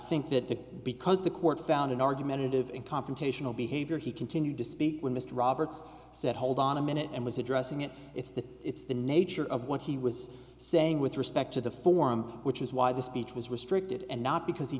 think that because the court found in argumentative and confrontational behavior he continued to speak when mr roberts said hold on a minute and was addressing it it's the it's the nature of what he was saying with respect to the forum which is why the speech was restricted and not because he